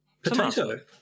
Potato